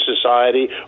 society